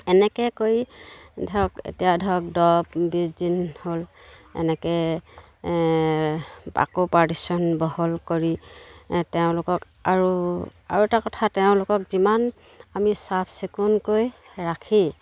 এনেকৈ কৰি ধৰক এতিয়া ধৰক দহ বিছদিন হ'ল এনেকৈ আকৌ পাৰদিশ্যন বহল কৰি তেওঁলোকক আৰু আৰু এটা কথা তেওঁলোকক যিমান আমি চাফ চিকুণকৈ ৰাখি